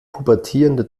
pubertierende